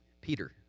Peter